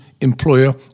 employer